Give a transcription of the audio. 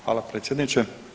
Hvala predsjedniče.